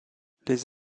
les